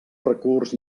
recurs